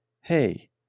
hey